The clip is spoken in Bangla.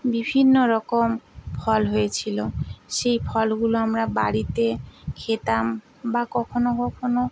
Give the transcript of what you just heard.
বিভিন্ন রকম ফল হয়েছিলো সেই ফলগুলো আমরা বাড়িতে খেতাম বা কখনও কখনও